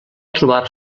trobar